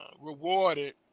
rewarded